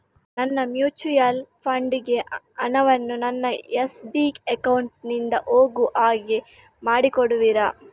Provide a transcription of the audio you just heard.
ನನ್ನ mutual fund ಗೆ ಹಣ ವನ್ನು ನನ್ನ ಎಸ್.ಬಿ ಅಕೌಂಟ್ ನಿಂದ ಹೋಗು ಹಾಗೆ ಮಾಡಿಕೊಡುತ್ತೀರಾ?